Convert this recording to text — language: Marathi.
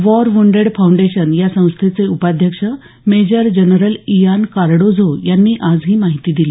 वॉर व्रंडेड फाऊंडेशन या संस्थेचे उपाध्यक्ष मेजर जनरल इयान कार्डोझो यांनी आज ही माहिती दिली